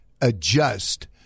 adjust